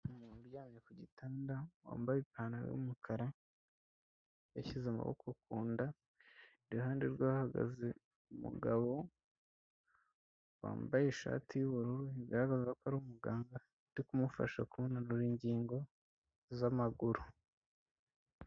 Umuntu uryamye ku gitanda wambaye ipantaro y'umukara yashyize amaboko ku nda, iruhande rwe hahagaze umugabo wambaye ishati y'ubururu bigaragara ko ari umuganga uri kumufasha kunanrura ingingo z'amaguru.